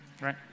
right